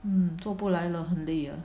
mm 做不来了很累啊